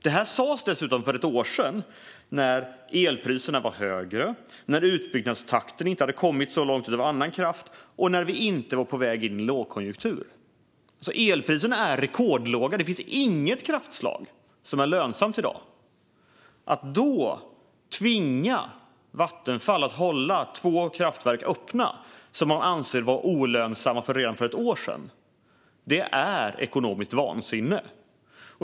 Detta sas för ett år sedan, när elpriserna var högre, när utbyggnaden av annan kraft inte kommit lika långt och när vi inte var på väg in i en lågkonjunktur. Elpriserna är rekordlåga. Det finns inget kraftslag som är lönsamt i dag. Att då tvinga Vattenfall att hålla två kraftverk, som man redan för ett år sedan ansåg var olönsamma, öppna är ekonomiskt vansinne.